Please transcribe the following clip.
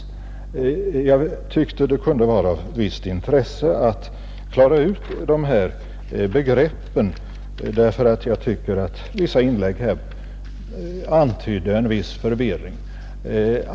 Jag tyckte det kunde vara av ett visst intresse att klara ut de här begreppen därför att jag anser att en del inlägg här antydde en viss förvirring.